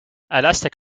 elastic